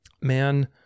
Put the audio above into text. Man